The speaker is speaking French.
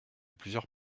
plusieurs